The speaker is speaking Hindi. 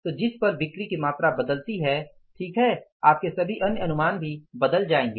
तो जिस पल बिक्री की मात्रा बदलती है ठीक है आपके सभी अन्य अनुमान भी बदल जाएंगे